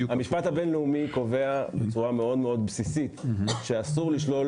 המשפט הבין-לאומי קובע בצורה מאוד מאוד בסיסית שאסור לשלול